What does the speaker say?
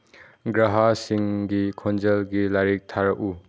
ꯒ꯭ꯔꯍꯥꯁꯤꯡꯒꯤ ꯈꯣꯟꯖꯦꯜꯒꯤ ꯂꯥꯏꯔꯤꯛ ꯊꯥꯔꯛꯎ